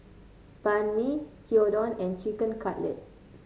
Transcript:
Banh Mi Gyudon and Chicken Cutlet